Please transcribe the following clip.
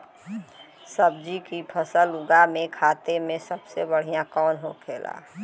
सब्जी की फसल उगा में खाते सबसे बढ़ियां कौन होखेला?